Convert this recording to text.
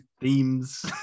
themes